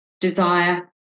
desire